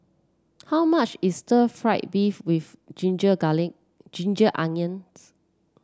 how much is stir fry beef with ginger Ginger Onions